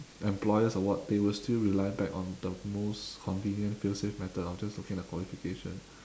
employers or what they will still rely back on the most convenient feel safe method of just looking at their qualification